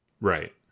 Right